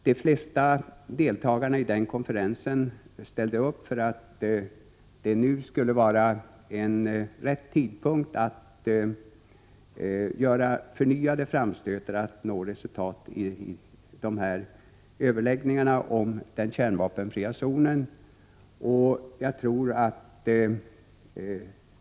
De flesta deltagare i konferensen ställde sig bakom tanken att det nu var rätt tidpunkt att göra förnyade framstötar för att nå resultat i överläggningarna om den kärnvapenfria zonen.